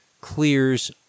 clears